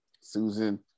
Susan